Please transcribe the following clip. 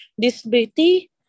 disability